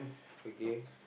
okay